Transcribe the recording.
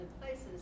places